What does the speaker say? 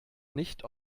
nicht